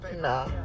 Nah